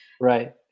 right